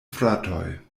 fratoj